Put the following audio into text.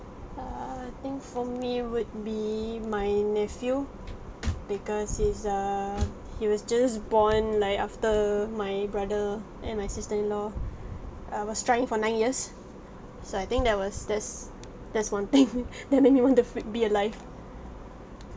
uh for me would be my nephew because he's uh he was just born like after my brother and my sister-in-law(uh) was trying for nine years so I think there was this that's one thing that make me want to f~ be alive